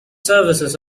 services